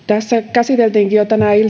käsiteltiinkin